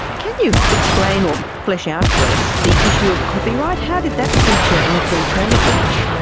can you explain or flesh out for us the issue of copyright? how did that feature in a free trade agreement?